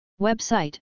Website